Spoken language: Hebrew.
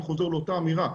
אני חוזר לאותה אמירה,